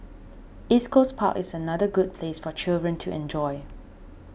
East Coast Park is another good place for children to enjoy